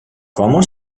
cómo